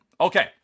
Okay